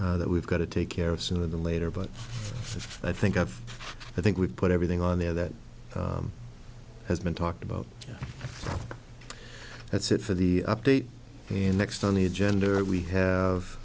that we've got to take care of sooner than later but i think i've i think we've put everything on there that has been talked about that's it for the update and next on the agenda that we have